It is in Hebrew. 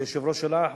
ליושב-ראש שלה,